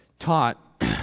Taught